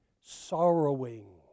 sorrowing